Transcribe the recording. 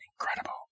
incredible